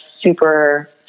super